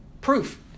Proof